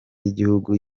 y’igihugu